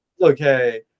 Okay